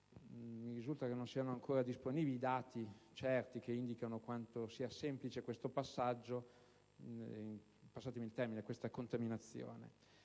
Mi risulta che non siano ancora disponibili i dati certi per indicare quanto sia semplice questo passaggio, questa contaminazione